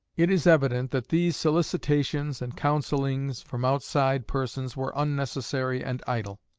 it is evident that these solicitations and counsellings from outside persons were unnecessary and idle.